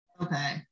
Okay